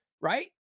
Right